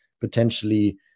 potentially